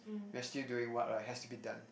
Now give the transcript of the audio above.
we're still doing what has to be done